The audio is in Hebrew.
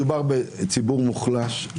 מדובר בציבור מוחלש.